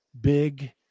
big